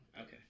Okay